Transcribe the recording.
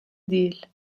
değil